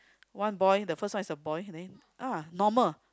one boy the first one is a boy then !wah! normal